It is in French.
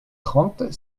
trente